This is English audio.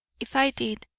if i did,